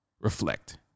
Reflect